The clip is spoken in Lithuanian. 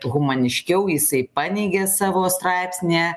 humaniškiau jisai paneigė savo straipsnyje